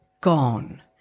Gone